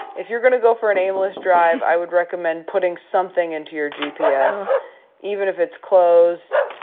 if you're gonna go for an aimless drive, i would recommend putting something into your gps even if it's closed,